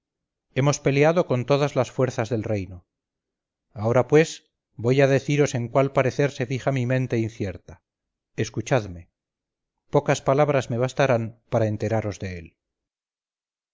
hemos peleado con todas las fuerzas del reino ahora pues voy a deciros en cuál parecer se fija mi mente incierta escuchadme pocas palabras me bastarán para enteraros de él